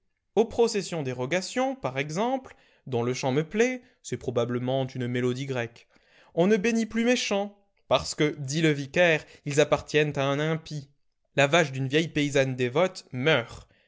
aux processions des rogations par exemple dont le chant me plaît c'est probablement une mélodie grecque on ne bénit plus mes champs parce que dit le vicaire ils appartiennent à un impie la vache d'une vieille paysanne dévote meurt